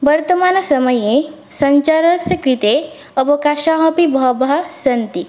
वर्तमनसमये सञ्चारस्य कृते अवकाशाः अपि बहवः सन्ति